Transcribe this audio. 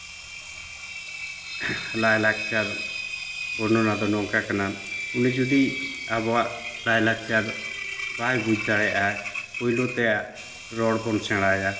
ᱞᱟᱭᱼᱞᱟᱠᱪᱟᱨ ᱵᱚᱨᱱᱚᱱᱟ ᱫᱚ ᱱᱚᱝᱠᱟ ᱠᱟᱱᱟ ᱩᱱᱤ ᱡᱩᱫᱤ ᱟᱵᱚᱣᱟᱜ ᱞᱟᱭᱼᱞᱟᱠᱪᱟᱨ ᱡᱩᱫᱤ ᱵᱟᱭ ᱵᱩᱡᱽ ᱫᱟᱲᱮᱭᱟᱜᱼᱟ ᱯᱳᱭᱞᱳᱛᱮ ᱨᱚᱲ ᱵᱚᱱ ᱥᱮᱬᱟᱣᱟᱭᱟ